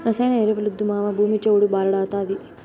రసాయన ఎరువులొద్దు మావా, భూమి చౌడు భార్డాతాది